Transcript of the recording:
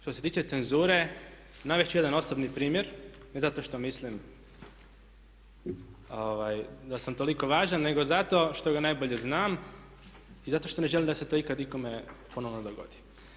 Što se tiče cenzure, navest ću jedan osobni primjer, ne zato što mislim da sam toliko važan nego zato što ga najbolje znam i zato što ne želim da se to ikad ikome ponovno dogodi.